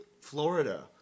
Florida